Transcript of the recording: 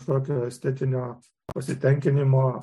tokio estetinio pasitenkinimo